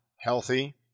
healthy